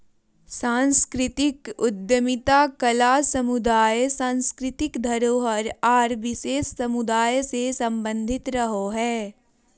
सांस्कृतिक उद्यमिता कला समुदाय, सांस्कृतिक धरोहर आर विशेष समुदाय से सम्बंधित रहो हय